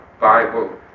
Bible